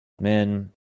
men